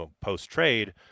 post-trade